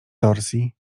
torsji